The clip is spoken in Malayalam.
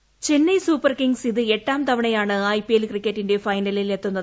വോയ്സ് ചെന്നൈ സൂപ്പർ കിങ്സ് ഇത് എട്ടാം തവണയാണ് ഐപിഎൽ ക്രിക്കറ്റിന്റെ ഫൈനലിൽ എത്തുന്നത്